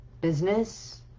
Business